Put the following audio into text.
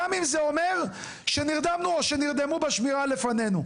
גם אם זה אומר שנרדמנו או שנרדמו בשמירה לפנינו.